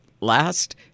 last